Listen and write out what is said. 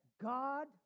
God